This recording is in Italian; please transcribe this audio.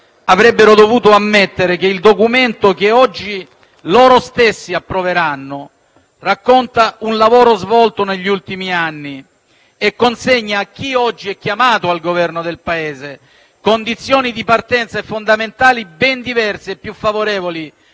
avrebbero dovuto ammettere che il documento che oggi essi stessi approveranno racconta un lavoro svolto negli ultimi anni e consegna a chi oggi è chiamato al governo del Paese condizioni di partenza fondamentali ben diverse e più favorevoli